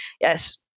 yes